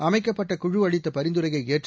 அமைக்கப்பட்ட குழு அளித்த பரிந்துரையை ஏற்று